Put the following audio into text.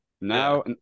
Now